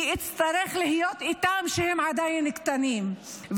כי אצטרך להיות איתם כשהם עדיין קטנים.